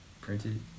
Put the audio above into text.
Printed